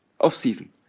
Off-season